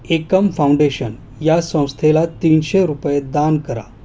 एकम foundation या संस्थेला तीनशे रुपये दान करा